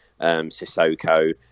Sissoko